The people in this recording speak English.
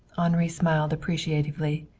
henri smiled appreciatively.